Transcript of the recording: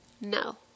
No